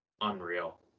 unreal